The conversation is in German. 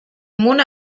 mona